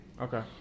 Okay